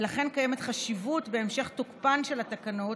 ולכן קיימת חשיבות בהמשך תוקפן של התקנות